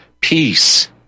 peace